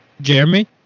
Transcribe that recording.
Jeremy